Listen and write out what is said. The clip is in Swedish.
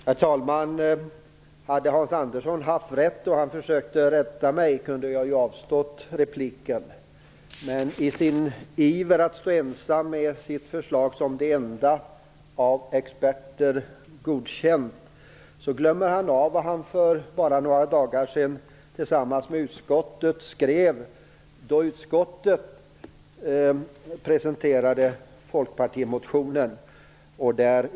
Herr talman! Hade Hans Andersson haft rätt då han försökte rätta mig kunde jag ha avstått från att replikera. I sin iver att stå ensam med sitt förslag som det enda av experter godkända glömmer han bort vad han bara för några dagar sedan skrev tillsammans med utskottet när utskottet presenterade folkpartimotionen.